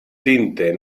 tinte